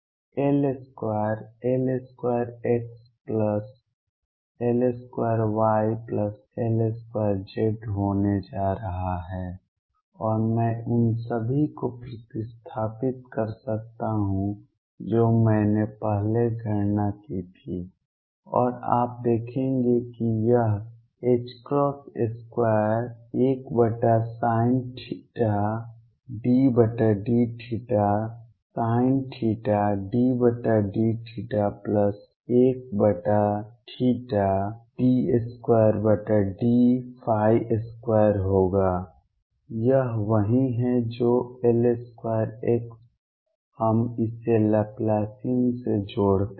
तो L2 Lx2Ly2Lz2 होने जा रहा है और मैं उन सभी को प्रतिस्थापित कर सकता हूं जो मैंने पहले गणना की थी और आप देखेंगे कि यह 21sinθ∂θsinθ∂θ1 22 होगा यह वही है जो Lx2 हम इसे लैप्लासियन से जोड़ते हैं